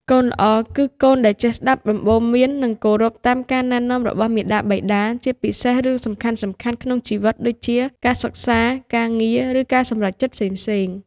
កូនល្អគឺកូនដែលចេះស្ដាប់ដំបូន្មាន និងគោរពតាមការណែនាំរបស់មាតាបិតា ជាពិសេសរឿងសំខាន់ៗក្នុងជីវិតដូចជា ការសិក្សា ការងារ ឬការសម្រេចចិត្តផ្សេងៗ។